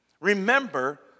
Remember